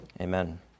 Amen